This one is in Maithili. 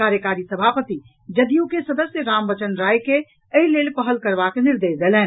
कार्यकारी सभापति जदयू के सदस्य रामवचन राय के एहि लेल पहल करबाक निर्देश देलनि